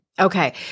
Okay